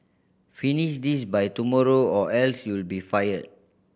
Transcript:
finish this by tomorrow or else you'll be fired